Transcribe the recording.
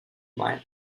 mine